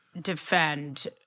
defend